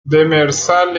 demersal